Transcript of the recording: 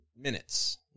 minutes